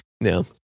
No